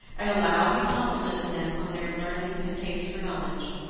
and aloud he complimented them on their learning and taste for knowledge.